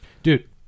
Dude